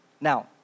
Now